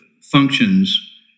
functions